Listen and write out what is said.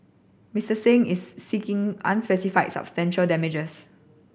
Mister Singh is seeking unspecified substantial damages